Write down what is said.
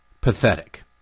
pathetic